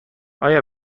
آیا